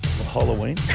Halloween